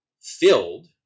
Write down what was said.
filled